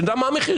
שנדע מה המחירים.